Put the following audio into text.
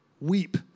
Weep